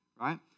right